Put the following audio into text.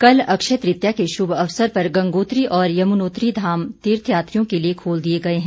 कल अक्षय तृतीय के शुभ अवसर पर गंगोत्री और यमुनोत्री धाम तीर्थ यात्रियों के लिए खोल दिए गए है